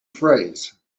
phrase